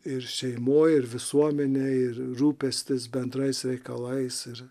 ir šeimoj ir visuomenėj ir rūpestis bendrais reikalais ir